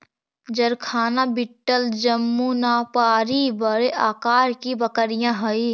जरखाना बीटल जमुनापारी बड़े आकार की बकरियाँ हई